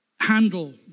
handle